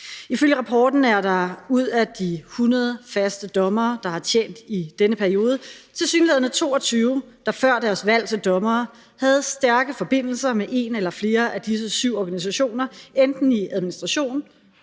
Ifølge rapporten er der ud af de 100 faste dommere, der har tjent i denne periode, tilsyneladende 22, der før deres valg til dommer havde stærke forbindelser med en eller flere af syv organisationer, enten i administration,